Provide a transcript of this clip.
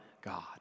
God